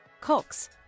Cox